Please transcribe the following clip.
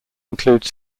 include